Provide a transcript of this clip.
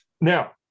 now